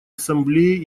ассамблеи